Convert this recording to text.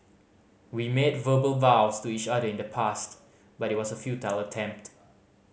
we made verbal vows to each other in the past but it was a futile attempt